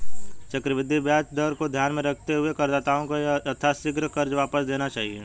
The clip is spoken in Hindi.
चक्रवृद्धि ब्याज दर को ध्यान में रखते हुए करदाताओं को यथाशीघ्र कर्ज वापस कर देना चाहिए